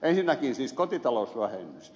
ensinnäkin siis kotitalousvähennys